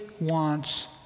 wants